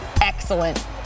Excellent